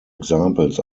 examples